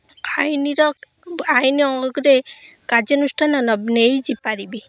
ଆଇନ୍ର ଆଇନ୍ରେ କାର୍ଯ୍ୟାନୁଷ୍ଠାନ ନେ ନେଇପାରିବି